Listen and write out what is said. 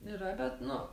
yra bet nu